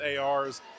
ARs